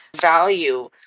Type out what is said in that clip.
value